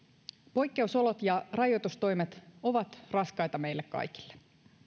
poikkeusolot ja rajoitustoimet ovat raskaita meille kaikille